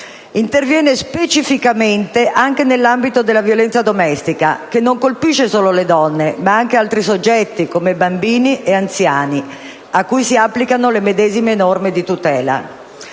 Interviene specificamente anche nell'ambito della violenza domestica, che non colpisce solo le donne, ma anche altri soggetti, come bambini e anziani, a cui si applicano le medesime norme di tutela.